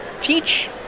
teach